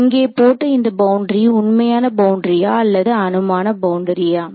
இங்கே போட்ட இந்த பவுண்டரி உண்மையான பவுண்டரியா அல்லது அனுமான பவுண்டரியா